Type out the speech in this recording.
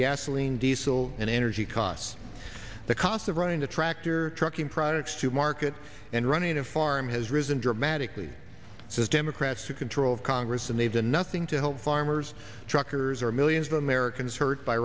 gasoline diesel and energy costs the cost of running the tractor trucking products to market and running a farm has risen dramatically since democrats took control of congress and they've done nothing to help farmers truckers are millions of americans hurt by